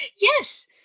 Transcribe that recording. Yes